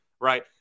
right